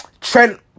Trent